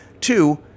Two